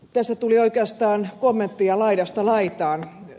tässä tuli oikeastaan kommentteja laidasta laitaan